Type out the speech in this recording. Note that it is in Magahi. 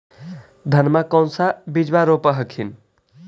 धनमा कौन सा बिजबा रोप हखिन?